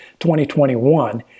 2021